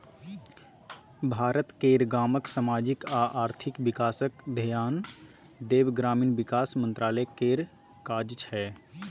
भारत केर गामक समाजिक आ आर्थिक बिकासक धेआन देब ग्रामीण बिकास मंत्रालय केर काज छै